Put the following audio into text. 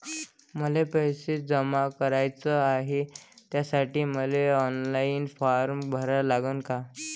मले पैसे जमा कराच हाय, त्यासाठी मले ऑनलाईन फारम भरा लागन का?